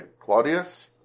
Claudius